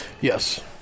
Yes